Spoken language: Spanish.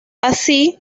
así